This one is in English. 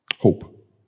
Hope